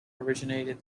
originated